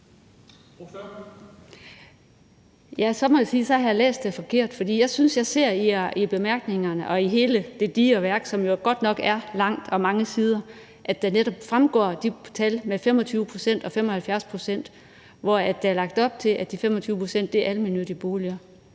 jeg har læst det forkert, for jeg synes, jeg ser i bemærkningerne og i hele det digre værk, som jo godt nok er langt og på mange sider, at der netop fremgår de tal på 25 pct. og 75 pct., hvor der er lagt op til, at de 25 pct. er almene boliger.